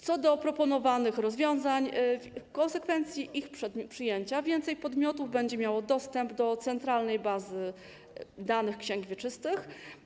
Co do proponowanych rozwiązań, w konsekwencji ich przyjęcia więcej podmiotów będzie miało dostęp do centralnej bazy danych ksiąg wieczystych.